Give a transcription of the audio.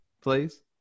Please